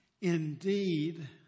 Indeed